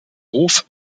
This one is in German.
hof